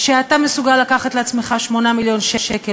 כשאתה מסוגל לקחת לעצמך 8 מיליון שקל,